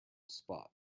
spot